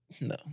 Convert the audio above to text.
No